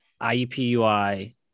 IUPUI